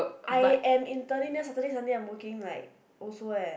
I am interning then Saturday and Sunday I am working like also eh